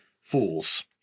fools